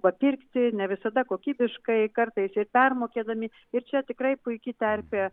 papirkti ne visada kokybiškai kartais permokėdami ir čia tikrai puiki terpė